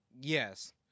Yes